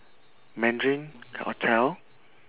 mandarin hotel